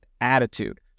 attitude